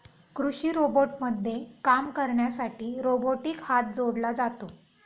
कृषी रोबोटमध्ये काम करण्यासाठी रोबोटिक हात जोडला जातो